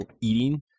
eating